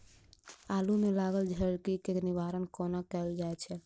आलु मे लागल झरकी केँ निवारण कोना कैल जाय छै?